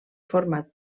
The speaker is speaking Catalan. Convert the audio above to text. format